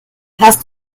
hast